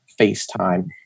FaceTime